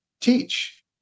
teach